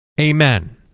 Amen